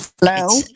Hello